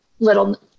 little